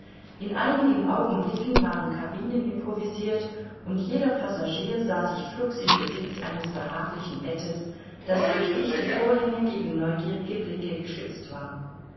in einigen augenblicken waren cabinen improvisirt und jeder passagier sah sich flugs im besitz eines behaglichen bettes das durch dichte vorhänge gegen neugierige blicke geschützt war